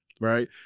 Right